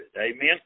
Amen